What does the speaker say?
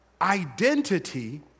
identity